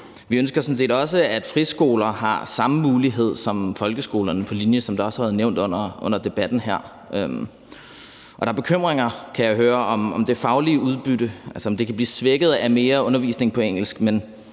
sådan set også, at friskoler har samme mulighed som folkeskolerne, som det også har været nævnt under debatten her. Der er bekymringer, kan jeg høre, om det faglige udbytte, altså om det kan blive svækket af mere undervisning på engelsk. Men